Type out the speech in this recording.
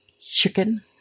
Chicken